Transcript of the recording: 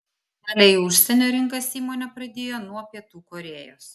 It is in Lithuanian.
kelią į užsienio rinkas įmonė pradėjo nuo pietų korėjos